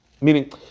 Meaning